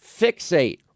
fixate